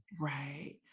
Right